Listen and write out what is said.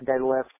deadlift